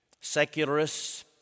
secularists